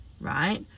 right